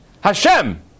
Hashem